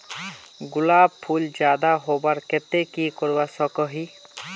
गुलाब फूल ज्यादा होबार केते की करवा सकोहो ही?